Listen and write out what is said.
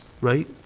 right